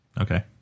Okay